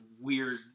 weird